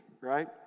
right